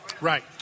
Right